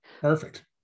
Perfect